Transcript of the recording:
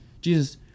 Jesus